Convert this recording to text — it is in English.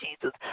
Jesus